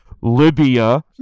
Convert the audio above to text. Libya